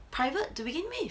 private to begin with